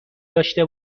داشته